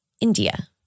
India